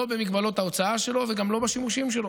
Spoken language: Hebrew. לא במגבלות ההוצאה שלו וגם לא בשימושים שלו,